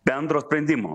bendro sprendimo